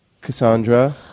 Cassandra